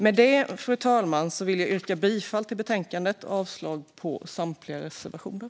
Med det, fru talman, vill jag yrka bifall till förslaget i betänkandet och avslag på samtliga reservationer.